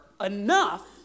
enough